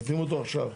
מבטלים אותו עכשיו.